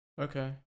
Okay